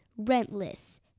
rentless